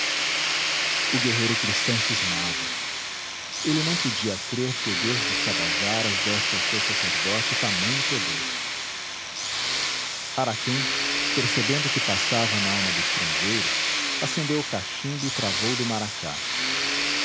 o guerreiro cristão cismava ele não podia crer que o deus dos tabajaras desse ao seu sacerdote tamanho poder araquém percebendo o que passava nalma do estrangeiro acendeu o cachimbo e travou do maracá